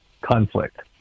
Conflict